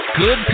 Good